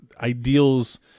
ideals